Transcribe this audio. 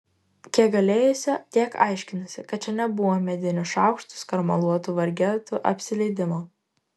kiek galėjusi tiek aiškinusi kad čia nebuvo medinių šaukštų skarmaluotų vargetų apsileidimo